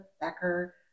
Becker